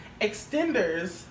extenders